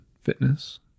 fitness